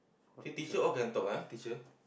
so teacher all can talk eh teacher